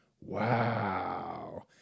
wow